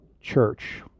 Church